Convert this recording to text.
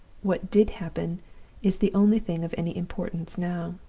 what did happen is the only thing of any importance now.